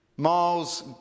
Miles